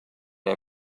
our